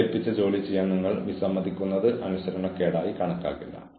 നിങ്ങളുടെ ജീവനക്കാരോട് കുറച്ചുകൂടി അനുകമ്പ കാണിക്കുക